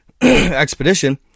expedition